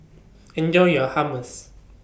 Enjoy your Hummus